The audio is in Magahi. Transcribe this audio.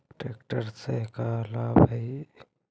ट्रेक्टर से का लाभ है?